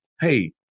hey